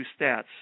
Stats